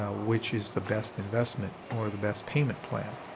ah which is the best investment or the best payment plan.